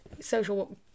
social